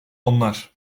onlar